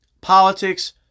politics